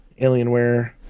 Alienware